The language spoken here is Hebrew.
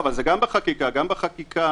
גם בחקיקה